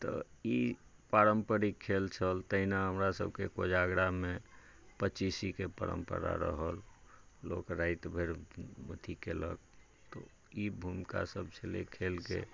तऽ ई पारम्परिक खेल छल तहिना हमरा सबके कोजागरा मे पचीसी के परम्परा रहल लोक राति भरि अथी केलक तऽ इ भूमिका सब छलय खेल के